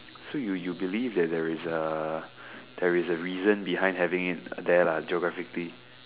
so you you believe that there is a there is a reason behind having it there lah geographically